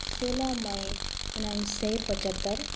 सोह्र मई उनन्सय पचहत्तर